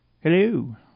Hello